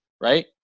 right